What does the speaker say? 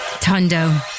Tondo